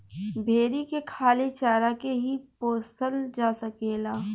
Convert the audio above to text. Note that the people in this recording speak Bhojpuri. भेरी के खाली चारा के ही पोसल जा सकेला